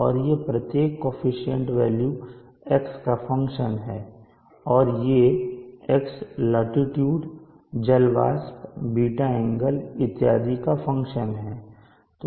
और प्रत्येक coefficient value x का फंक्शन है और ये x लाटीट्यूड जल वाष्प बीटा एंगल इत्यादि का फंक्शन है